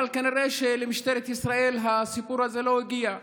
אבל כנראה למשטרת ישראל הסיפור הזה לא הגיע,